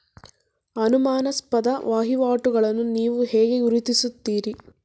ಅನುಮಾನಾಸ್ಪದ ವಹಿವಾಟುಗಳನ್ನು ನೀವು ಹೇಗೆ ಗುರುತಿಸುತ್ತೀರಿ?